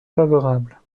favorable